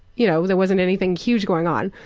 you know, there wasn't anything huge going on.